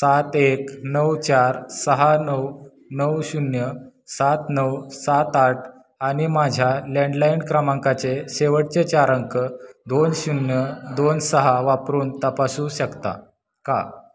सात एक नऊ चार सहा नऊ नऊ शून्य सात नऊ सात आठ आणि माझ्या लँडलाईन क्रमांकाचे शेवटचे चार अंक दोन शून्य दोन सहा वापरून तपासू शकता का